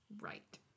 Right